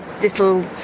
little